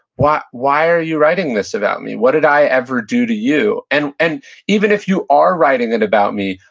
why why are you writing this about me? what did i ever do to you? and and even if you are writing it about me,